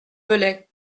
velay